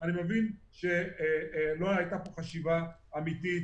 אני מבין שלא הייתה פה חשיבה אמיתית.